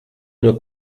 nur